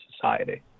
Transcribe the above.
society